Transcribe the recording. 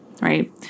right